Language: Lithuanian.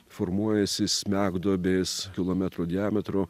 formuojasi smegduobės kilometro diametro